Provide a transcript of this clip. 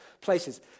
places